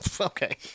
Okay